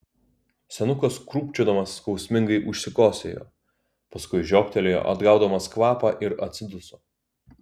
senukas krūpčiodamas skausmingai užsikosėjo paskui žioptelėjo atgaudamas kvapą ir atsiduso